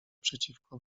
przeciwko